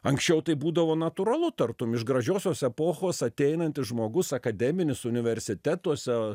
anksčiau tai būdavo natūralu tartum iš gražiosios epochos ateinantis žmogus akademinis universitetuose